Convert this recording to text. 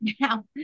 now